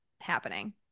happening